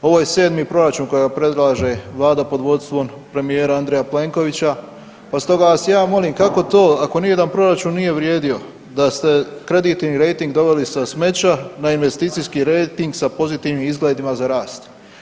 Ovo je 7. proračun kojega predlaže Vlada pod vodstvom premijera Andreja Plenkovića, pa stoga vas ja molim, kako to ako nijedan proračun nije vrijedio, da ste kreditni rejting doveli sa smeća na investicijski rejting sa pozitivnim izgledima za rast?